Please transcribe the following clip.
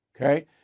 okay